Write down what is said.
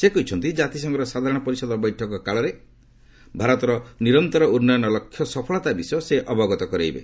ସେ କହିଛନ୍ତି କାତିସଂଘର ସାଧାରଣ ପରିଷଦ ବୈଠକ କାଳରେ ଭାରତର ନିରନ୍ତର ଉନ୍ନୟନ ଲକ୍ଷ୍ୟ ସଫଳତା ବିଷୟ ସେ ଅବଗତ କରାଇବେ